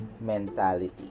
mentality